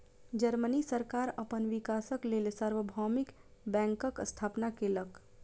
Germany सरकार अपन विकासक लेल सार्वभौमिक बैंकक स्थापना केलक